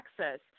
access